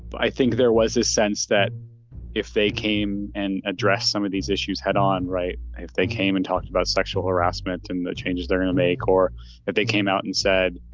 but i think there was this sense that if they came and address some of these issues head on. right. if they came and talked about sexual harassment and the changes they're going to make or that they came out and said,